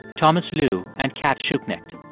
thomas lu and cat schuknecht.